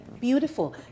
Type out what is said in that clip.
Beautiful